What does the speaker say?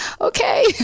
okay